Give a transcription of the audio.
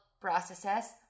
processes